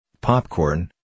Popcorn